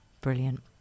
brilliant